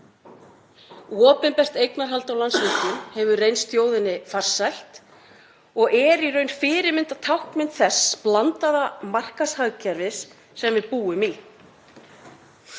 Opinbert eignarhald á Landsvirkjun hefur reynst þjóðinni farsælt og er í raun fyrirmyndartáknmynd þess blandaða markaðshagkerfis sem við búum í.